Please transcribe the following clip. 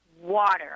water